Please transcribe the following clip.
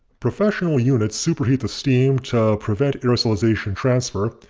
professional units superheat the steam to prevent aerosolization transfer,